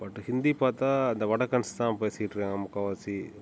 but Hindi பார்த்தா அந்த வடக்கன்ஸ் தான் பேசிட்டுருக்காங்க முக்கால்வாசி